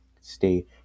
stay